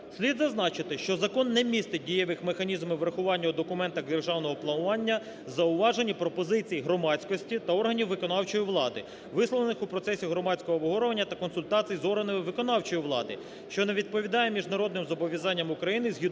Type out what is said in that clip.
Слід зазначити, що закон не містить дієвих механізмів врахування у документах державного планування зауважень і пропозицій громадськості та органів виконавчої влади, висловлених у процесі громадського обговорення та консультацій з органами виконавчої влади, що не відповідає міжнародним зобов'язанням України згідно